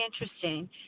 interesting